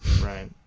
Right